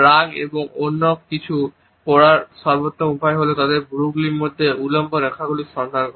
রাগ এবং অন্য কেউ পড়ার সর্বোত্তম উপায় হল তাদের ভ্রুগুলির মধ্যে উল্লম্ব রেখাগুলি সন্ধান করা